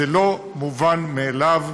זה לא מובן מאליו,